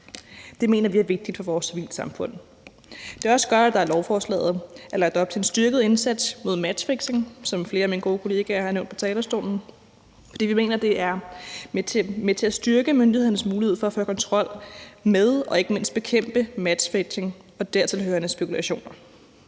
Det mener vi er vigtigt for vores civilsamfund. Det er også godt, at der i lovforslaget er lagt op til en styrket indsats mod matchfixing, hvad flere af mine gode kollegaer har nævnt på talerstolen. For vi mener, at det er med til at styrke myndighedernes mulighed for at få kontrol med og ikke mindst bekæmpe matchfixing og dertilhørende spekulationer.